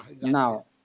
Now